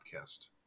podcast